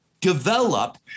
develop